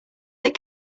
that